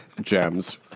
Gems